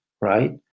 right